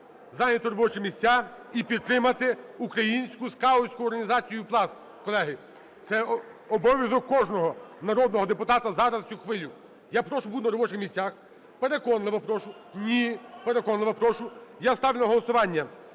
зайняти робочі місця і підтримати українську скаутську організацію Пласт, колеги. Це обов'язок кожного народного депутата зараз, в цю хвилю. Я прошу бути на робочих місцях, переконливо прошу! Ні, переконливо прошу! Я ставлю на голосування